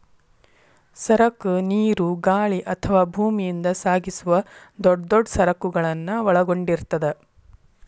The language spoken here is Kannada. ಸರಕ ನೇರು ಗಾಳಿ ಅಥವಾ ಭೂಮಿಯಿಂದ ಸಾಗಿಸುವ ದೊಡ್ ದೊಡ್ ಸರಕುಗಳನ್ನ ಒಳಗೊಂಡಿರ್ತದ